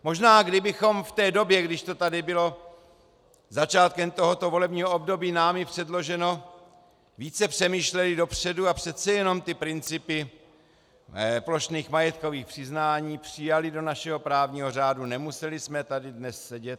Možná, kdybychom v té době, když to tady bylo začátkem tohoto volebního období námi předloženo, více přemýšleli dopředu a přece jenom ty principy plošných majetkových přiznání přijali do našeho právního řádu, nemuseli jsme tady dnes sedět.